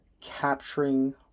capturing